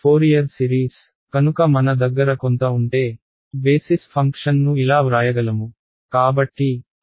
Fourier series కనుక మన దగ్గర కొంత ఉంటే బేసిస్ ఫంక్షన్ను ఇలా వ్రాయగలము